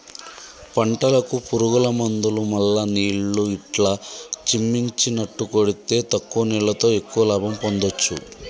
పంటలకు పురుగుల మందులు మల్ల నీళ్లు ఇట్లా చిమ్మిచినట్టు కొడితే తక్కువ నీళ్లతో ఎక్కువ లాభం పొందొచ్చు